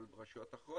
אבל ברשויות אחרות